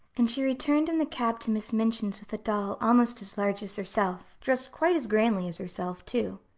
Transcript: and she returned in the cab to miss minchin's with a doll almost as large as herself, dressed quite as grandly as herself, too.